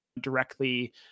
directly